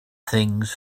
things